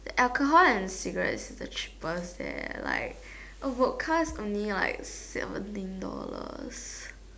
alcohol and cigarettes are the cheapest there like would cost on me like seventeen dollars